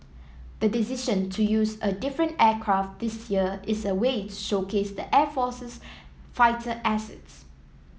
the decision to use a different aircraft this year is a way to showcase the air force's fighter assets